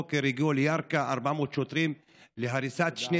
04:00 הגיעו לירכא 400 שוטרים להריסת שני